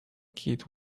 kid